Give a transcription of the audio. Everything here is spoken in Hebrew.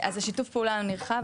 אז השיתוף פעולה הוא נרחב,